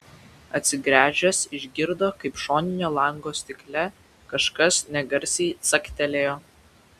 atsigręžęs išgirdo kaip šoninio lango stikle kažkas negarsiai caktelėjo